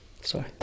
sorry